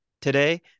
Today